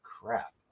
crap